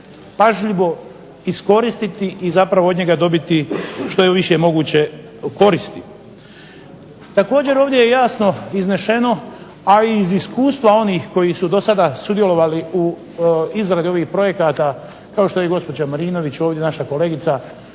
pažljivo iskoristiti i zapravo od njega dobiti što je više moguće koristi. Također ovdje je jasno izneseno, a i iz iskustva onih koji su do sada sudjelovali u izradi ovih projekata kao što je gospođa Marinović, ovdje naša kolegica,